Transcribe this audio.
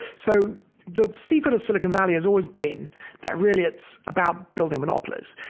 so the secret of silicon valley has always being that really it's about building monopolies.